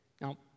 Now